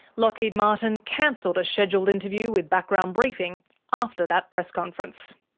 lockheed martin cancelled a scheduled interview with background briefing after that press conference.